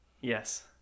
yes